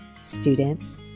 students